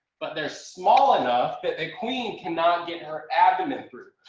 but they're small enough that the queen cannot get her abdomen through,